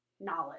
knowledge